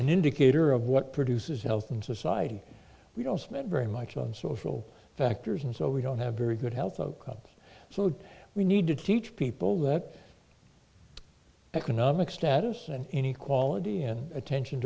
an indicator of what produces health in society we don't spend very much on social factors and so we don't have very good health so we need to teach people that economic status and any quality and attention